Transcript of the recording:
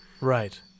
Right